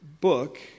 book